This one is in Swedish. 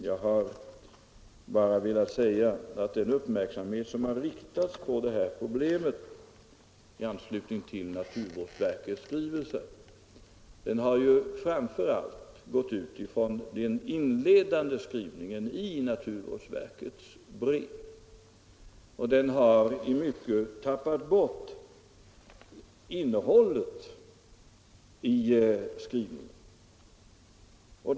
Jag har bara velat säga att den diskussion som har förts om de problemen i anslutning till naturvårdsverkets skrivelse ju framför allt har gått ut ifrån den inledande skrivningen i naturvårdsverkets brev och i mycket har tappat bort innehållet i skrivningen.